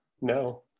no